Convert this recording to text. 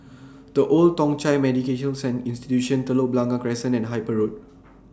The Old Thong Chai Medical Institution Telok Blangah Crescent and Harper Road